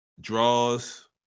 Draws